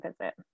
visit